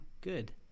Good